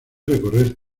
recorrer